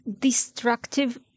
destructive